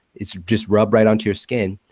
it's just rubbed right onto your skin,